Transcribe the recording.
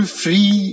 free